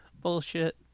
Bullshit